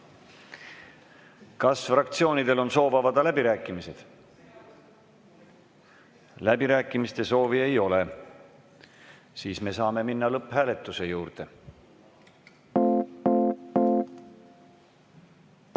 Kas fraktsioonidel on soovi avada läbirääkimised? Läbirääkimiste soovi ei ole. Me saame minna lõpphääletuse juurde.